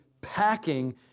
packing